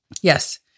Yes